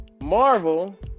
marvel